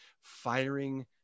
firing